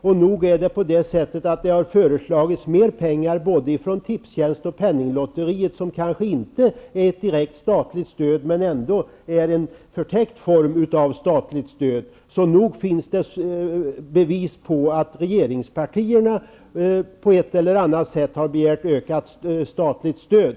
Och nog är det på det sättet att det har föreslagits mer pengar till idrotten från både Tipstjänst och Penninglotteriet. Det är kanske inte ett direkt statligt stöd men ändå en förtäckt form av stöd från staten. Så nog finns det bevis på att regeringspartierna på ett eller annat sätt har begärt ökat statligt stöd.